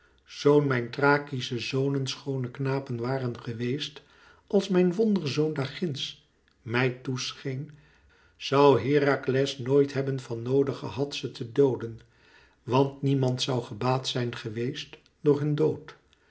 zoo mijn thrakische zonen schoone knapen waren geweest als mijn wonderzoon daar ginds mij toe scheen zoû herakles nooit hebben van noode gehad ze te dooden want niemand zoû gebaat zijn geweest door hun dood